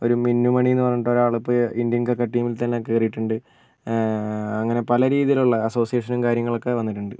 ഒരു മിന്നുമണി എന്നു പറഞ്ഞിട്ടൊരാൾ ഇപ്പം ഇന്ത്യൻ ക്രിക്കറ്റ് ടീമിൽ തന്നെ കയറിയിട്ടുണ്ട് അങ്ങനെ പലരീതിയിലുള്ള അസോസിയേഷനും കാര്യങ്ങളൊക്കെ വന്നിട്ടുണ്ട്